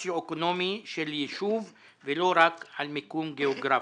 סוציו אקונומי של יישוב ולא רק על מיקום גיאוגרפי.